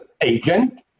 agent